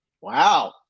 Wow